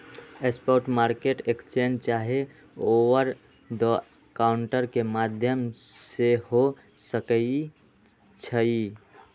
spot market exchange चाहे over the counter के माध्यम से हो सकइ छइ